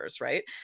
right